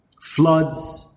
Floods